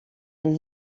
les